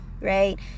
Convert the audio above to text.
Right